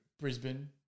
Brisbane